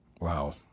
Wow